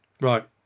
Right